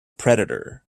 predator